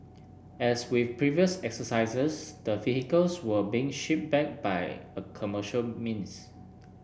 as with previous exercises the vehicles were being ship back by commercial means